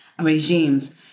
regimes